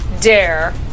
dare